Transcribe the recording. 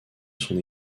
son